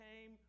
came